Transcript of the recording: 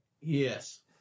Yes